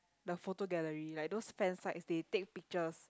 the photo gallery like those fansites they take pictures